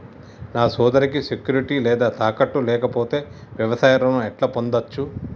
నా సోదరికి సెక్యూరిటీ లేదా తాకట్టు లేకపోతే వ్యవసాయ రుణం ఎట్లా పొందచ్చు?